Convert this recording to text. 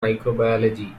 microbiology